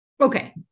Okay